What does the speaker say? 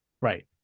right